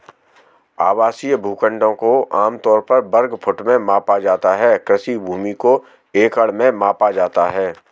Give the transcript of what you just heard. आवासीय भूखंडों को आम तौर पर वर्ग फुट में मापा जाता है, कृषि भूमि को एकड़ में मापा जाता है